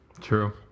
True